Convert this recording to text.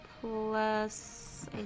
plus